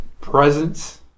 Presence